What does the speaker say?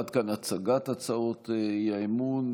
עד כאן הצגת הצעות האי-אמון,